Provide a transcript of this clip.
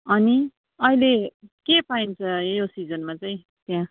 अनि अहिले के पाइन्छ यो सिजनमा चाहिँ त्यहाँ